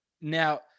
Now